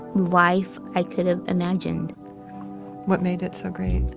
life i could have imagined what made it so great?